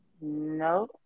No